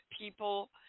people